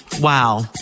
Wow